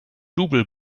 double